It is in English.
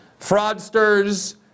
fraudsters